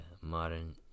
modern